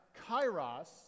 kairos